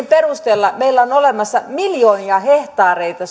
perusteella meillä suomessa on olemassa miljoonia hehtaareita